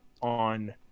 on